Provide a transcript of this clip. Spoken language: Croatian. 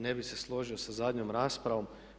Ne bih se složio sa zadnjom raspravom.